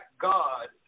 God